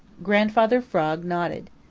grandfather frog nodded.